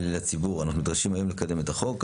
הציבור אנחנו נדרשים היום לקדם את החוק.